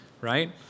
right